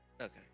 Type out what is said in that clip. okay